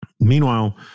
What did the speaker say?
Meanwhile